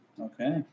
okay